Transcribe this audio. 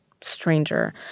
stranger